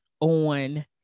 on